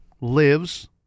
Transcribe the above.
lives